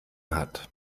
hat